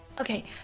okay